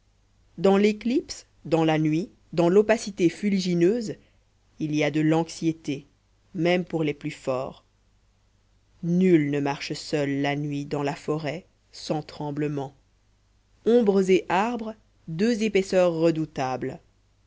dans l'éclipse dans la nuit dans l'opacité fuligineuse il y a de l'anxiété même pour les plus forts nul ne marche seul la nuit dans la forêt sans tremblement ombres et arbres deux épaisseurs redoutables